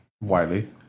Wiley